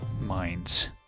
minds